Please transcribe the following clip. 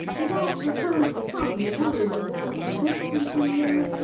without repose upon the nose of walruses and seals.